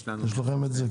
יש לכם את זה?